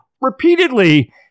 repeatedly